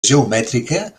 geomètrica